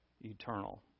eternal